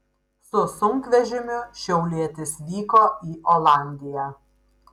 su sunkvežimiu šiaulietis vyko į olandiją